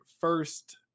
first